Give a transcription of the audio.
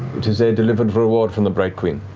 it is a delivered reward from the bright queen,